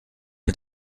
mit